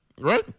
right